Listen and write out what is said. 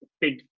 big